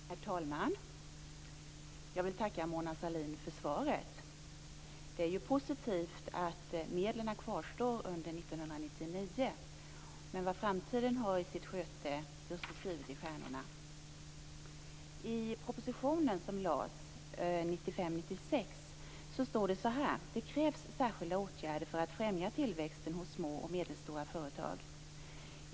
Herr talman! Jag vill tacka Mona Sahlin för svaret. Det är positivt att medlen kvarstår under 1999. Men vad framtiden har i sitt sköte, det står skrivet i stjärnorna. I den proposition som lades fram 1995/96 står det: "Det krävs särskilda åtgärder för att främja tillväxten inom de små och medelstora företagen.